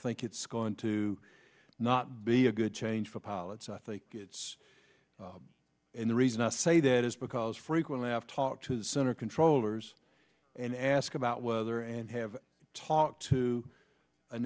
think it's going to not be a good change for pilots i think it's and the reason i say that is because frequently i've talked to center controllers and ask about weather and have talked to a